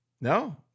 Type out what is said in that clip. No